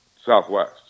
Southwest